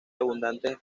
abundantes